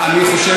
כל הכבוד,